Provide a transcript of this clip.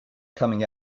coming